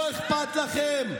לא אכפת לכם?